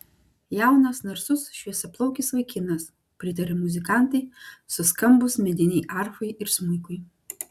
jaunas narsus šviesiaplaukis vaikinas pritarė muzikantai suskambus medinei arfai ir smuikui